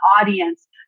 audience